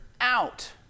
out